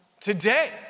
today